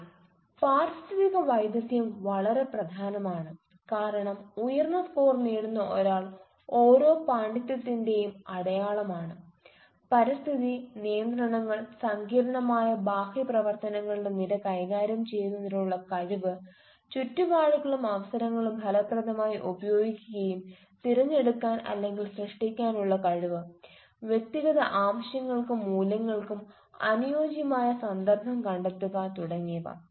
അതെ പാരിസ്ഥിതിക വൈദഗ്ദ്ധ്യം വളരെ പ്രധാനമാണ് കാരണം ഉയർന്ന സ്കോർ നേടുന്ന ഒരാൾ ഓരോ പാണ്ഡിത്യത്തിന്റെയും അടയാളമാണ് പരിസ്ഥിതി നിയന്ത്രണങ്ങൾ സങ്കീർണ്ണമായ ബാഹ്യ പ്രവർത്തനങ്ങളുടെ നിര കൈകാര്യം ചെയ്യുന്നതിനുള്ള കഴിവ് ചുറ്റുപാടുകളും അവസരങ്ങളും ഫലപ്രദമായി ഉപയോഗിക്കുകയും തിരഞ്ഞെടുക്കാൻ അല്ലെങ്കിൽ സൃഷ്ടിക്കാൻ ഉള്ള കഴിവ് വ്യക്തിഗത ആവശ്യങ്ങൾക്കും മൂല്യങ്ങൾക്കും അനുയോജ്യമായ സന്ദർഭം കണ്ടെത്തുക തുടങ്ങിയവ